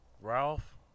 Ralph